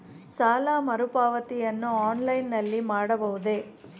ಸಾಲ ಮರುಪಾವತಿಯನ್ನು ಆನ್ಲೈನ್ ನಲ್ಲಿ ಮಾಡಬಹುದೇ?